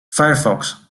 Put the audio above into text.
firefox